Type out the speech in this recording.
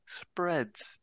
spreads